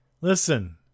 listen